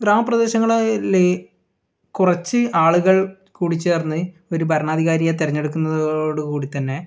ഗ്രാമപ്രദേശങ്ങളിൽ കുറച്ച് ആളുകൾ കുടിചേർന്ന് ഒരു ഭരണാധികാരിയെ തിരഞ്ഞെടുക്കുന്നതോട് കൂടിത്തന്നെ